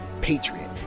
patriot